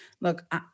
Look